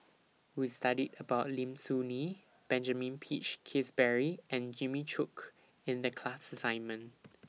We studied about Lim Soo Ngee Benjamin Peach Keasberry and Jimmy Chok in The class assignment